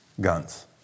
Guns